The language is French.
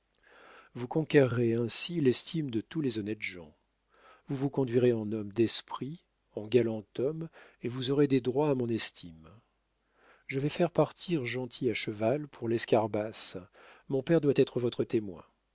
vous conquerrez ainsi l'estime de tous les honnêtes gens vous vous conduirez en homme d'esprit en galant homme et vous aurez des droits à mon estime je vais faire partir gentil à cheval pour l'escarbas mon père doit être votre témoin